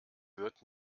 wird